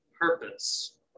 purpose